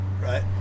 right